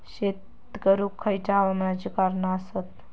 शेत करुक खयच्या हवामानाची कारणा आसत?